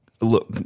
look